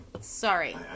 Sorry